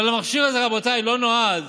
אבל המכשיר הזה, רבותיי, לא נועד